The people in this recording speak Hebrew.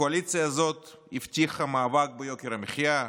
הקואליציה הזאת הבטיחה מאבק ביוקר המחיה,